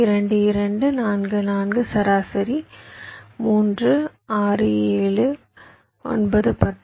2 2 4 4 சராசரி 3 6 7 9 10